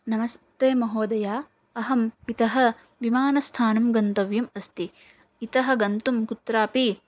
नमस्ते महोदय अहम् इतः विमानस्थानं गन्तव्यम् अस्ति इतः गन्तुं कुत्रापि